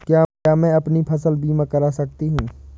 क्या मैं अपनी फसल बीमा करा सकती हूँ?